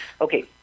Okay